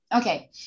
okay